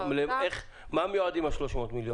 למה מיועדים ה-300 מיליון?